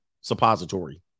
Suppository